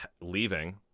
leaving